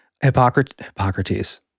Hippocrates